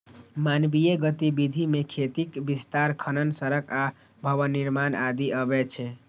मानवीय गतिविधि मे खेतीक विस्तार, खनन, सड़क आ भवन निर्माण आदि अबै छै